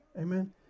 Amen